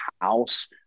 house